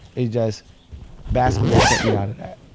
it's just basketball kept me outta that,